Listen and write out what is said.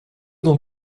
dans